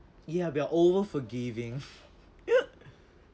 ya we are over forgiving